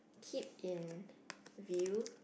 keep in view